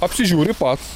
apsižiūri pats